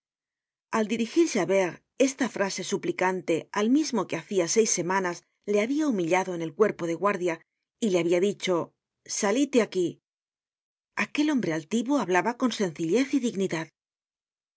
al dirigir javert esta frase suplicante al mismo que hacia seis semanas le habia humillado en el cuerpo de guardia y le habia dicho salid de aquí aquél hombre altivo hablaba con sencillez y dignidad